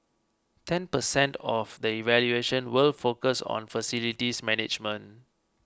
ten percent of the evaluation will focus on facilities management